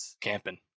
camping